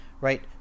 right